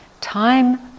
time